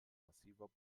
massiver